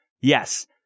Yes